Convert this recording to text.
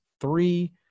three